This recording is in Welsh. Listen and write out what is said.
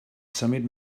symud